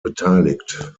beteiligt